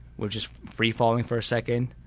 we're just free falling for a second,